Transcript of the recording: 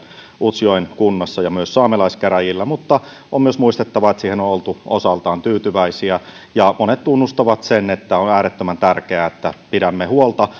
utsjoen kunnassa ja myös saamelaiskäräjillä mutta on myös muistettava että siihen on oltu osaltaan tyytyväisiä ja monet tunnustavat sen että on äärettömän tärkeää että pidämme huolta